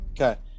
Okay